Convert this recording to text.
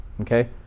Okay